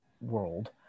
world